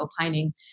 opining